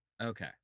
Okay